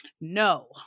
No